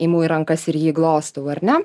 imu į rankas ir jį glostau ar ne